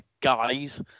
guys